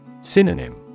Synonym